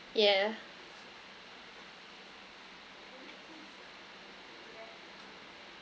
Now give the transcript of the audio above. yeah